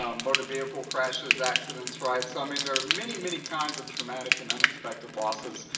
um motor vehicle crashes, accidents, right? so i mean there are many, many kinds of traumatic and unexpected losses.